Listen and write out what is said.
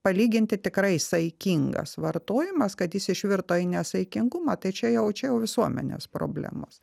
palyginti tikrai saikingas vartojimas kad jis išvirto į nesaikingumą tai čia jau čia jau visuomenės problemos